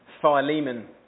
Philemon